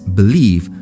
believe